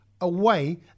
away